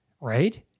right